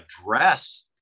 address